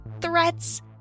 threats